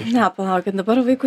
ne palaukit dabar vaikui